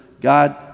God